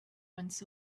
runs